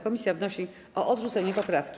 Komisja wnosi o odrzucenie poprawki.